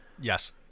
Yes